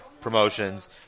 promotions